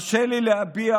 הרשה לי להביע,